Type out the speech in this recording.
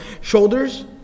shoulders